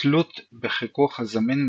כתלות בחיכוך הזמין,